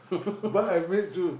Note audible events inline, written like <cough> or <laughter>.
<laughs>